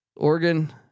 Oregon